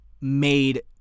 made